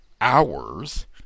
hours